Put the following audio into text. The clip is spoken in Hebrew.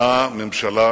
באה ממשלה